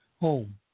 Home